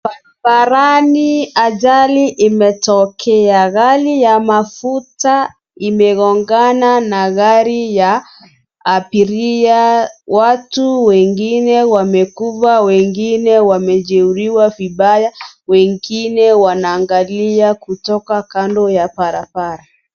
Barabarani ajali imetokea, gari ya mafuta imegongana na gari ya abiria . watu wengine wamekufa, wengine wamejeruhiwa vibaya, wengine wanaangalia kutoka kando ya barabara.